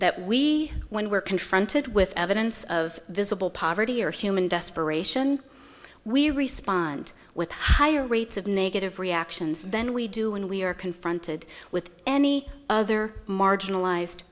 that we when we're confronted with evidence of visible poverty or human desperation we respond with higher rates of negative reactions than we do when we are confronted with any other marginalized